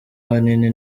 ahanini